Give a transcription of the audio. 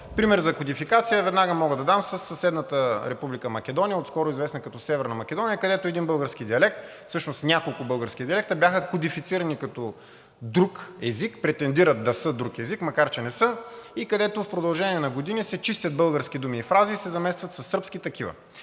Пример за кодификация веднага мога да дам със съседната Република Македония, отскоро известна като Северна Македония, където един български диалект, всъщност няколко български диалекта бяха кодифицирани като друг език – претендират да са друг език, макар че не са, и където в продължение на години се чистят български думи и фрази и се заместват със сръбски такива.